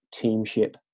teamship